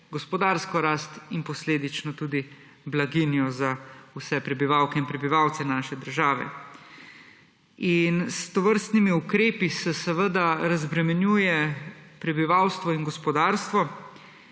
gospodarsko rast in posledično tudi blaginjo za vse prebivalke in prebivalce naše države. S tovrstnimi ukrepi se seveda razbremenjuje prebivalstvo in gospodarstvo.